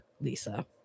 Lisa